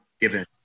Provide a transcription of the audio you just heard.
given